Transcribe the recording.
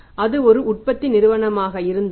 அது ஒரு உற்பத்தி நிறுவனமாக இருந்தால்